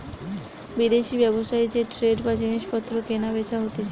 বিদেশি ব্যবসায় যে ট্রেড বা জিনিস পত্র কেনা বেচা হতিছে